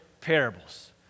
parables